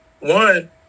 One